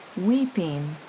weeping